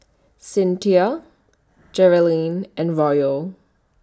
Cinthia Geralyn and Royal